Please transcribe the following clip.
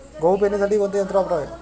गहू पेरणीसाठी कोणते यंत्र वापरावे?